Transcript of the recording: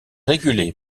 régulé